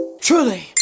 Truly